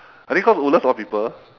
I think cause woodlands a lot of people